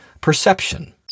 perception